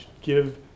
give